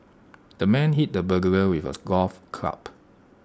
the man hit the burglar with A golf club